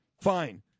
Fine